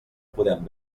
podem